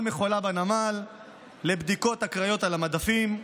מכולה בנמל לבדיקות אקראיות על המדפים,